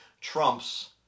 trumps